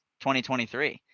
2023